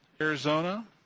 Arizona